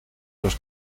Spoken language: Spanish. los